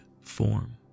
form